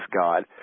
God